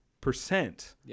percent